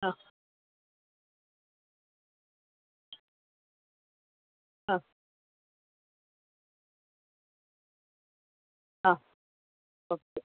ആ ആ ആ ഓക്കെ